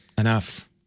Enough